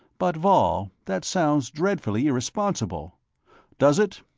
but, vall that sounds dreadfully irresponsible does it?